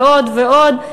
ועוד ועוד.